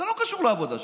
זה לא קשור לעבודה שלי.